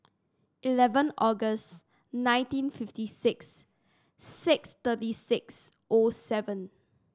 eleven August nineteen fifty six six thirty six O seven